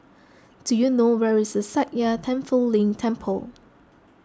do you know where is Sakya Tenphel Ling Temple